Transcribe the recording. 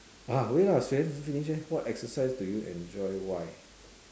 ah wait lah she haven't finish eh what exercise do you enjoy why